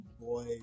boy